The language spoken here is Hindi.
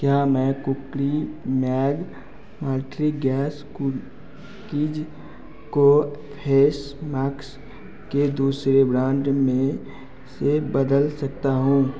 क्या मैं कुकीमैग मल्ट्रीगैस कुकीज़ को फेस मास्क के दूसरे ब्रांड में से बदल सकता हूँ